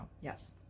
Yes